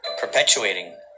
perpetuating